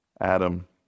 Adam